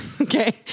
Okay